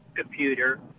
computer